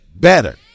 Better